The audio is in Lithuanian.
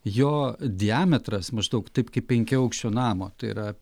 jo diametras maždaug taip kaip penkiaaukščio namo tai yra